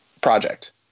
Project